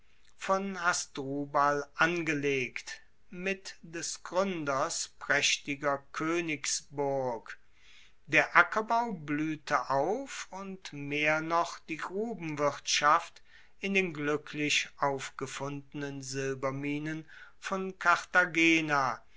von hasdrubal angelegt mit des gruenders praechtiger koenigsburg der ackerbau bluehte auf und mehr noch die grubenwirtschaft in den gluecklich aufgefundenen silberminen von cartagena